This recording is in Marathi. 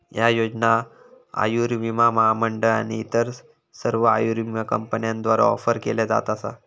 ह्या योजना आयुर्विमा महामंडळ आणि इतर सर्व आयुर्विमा कंपन्यांद्वारा ऑफर केल्या जात असा